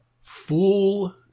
Fool